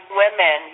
women